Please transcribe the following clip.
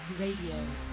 Radio